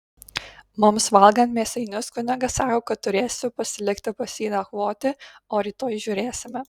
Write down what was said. mums valgant mėsainius kunigas sako kad turėsiu pasilikti pas jį nakvoti o rytoj žiūrėsime